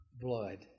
blood